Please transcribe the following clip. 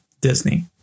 Disney